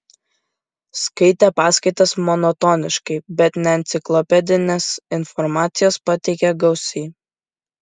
skaitė paskaitas monotoniškai bet neenciklopedinės informacijos pateikė gausiai